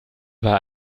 über